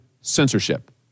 censorship